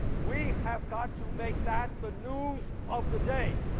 we have got to make that the news of the day.